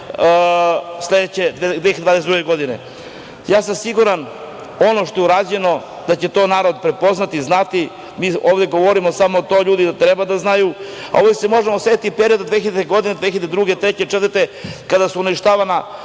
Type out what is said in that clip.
2022. godine. Ja sam siguran, ono što je urađeno da će to narod prepoznati, znati. Ovde govorimo samo to da ljudi treba da znaju, a uvek se možemo setiti perioda 2000. godine, 2002, 2003, 2004. kada su uništavana